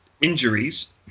injuries